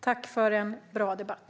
Tack för en bra debatt.